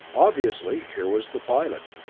obviously, here was the pilot.